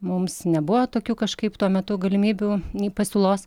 mums nebuvo tokių kažkaip tuo metu galimybių nei pasiūlos